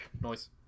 Noise